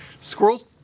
Squirrels